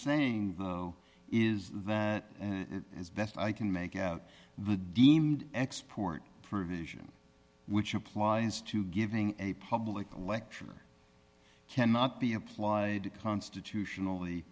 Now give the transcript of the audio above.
saying is that as best i can make out the deemed export provision which applies to giving a public lecture cannot be applied constitutionally